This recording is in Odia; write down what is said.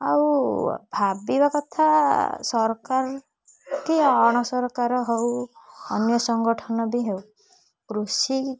ଆଉ ଭାବିବା କଥା ସରକାର କି ଅଣସରକାର ହେଉ ଅନ୍ୟ ସଂଗଠନ ବି ହେଉ କୃଷି